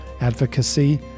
advocacy